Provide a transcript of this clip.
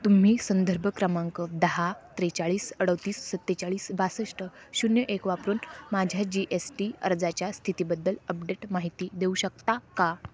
तुम्ही संदर्भ क्रमांक दहा त्रेचाळीस अडतीस सत्तेचाळीस बासष्ट शून्य एक वापरून माझ्या जी एस टी अर्जाच्या स्थितीबद्दल अपडेट माहिती देऊ शकता का